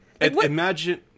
imagine